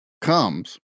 comes